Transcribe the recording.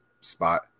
spot